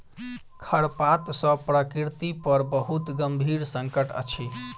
खरपात सॅ प्रकृति पर बहुत गंभीर संकट अछि